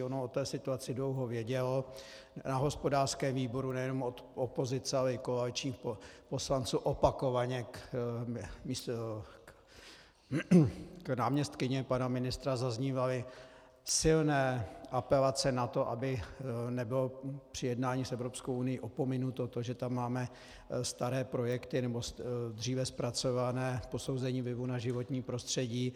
Ono o té situaci dlouho vědělo a v hospodářském výboru nejenom od opozice, ale i koaličních poslanců opakovaně k náměstkyni pana ministra zaznívaly silné apelace na to, aby nebylo při jednání s Evropskou unií opominuto to, že tam máme staré projekty, nebo dříve zpracované posouzení vlivu na životní prostředí.